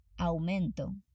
aumento